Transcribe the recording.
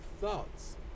thoughts